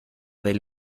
del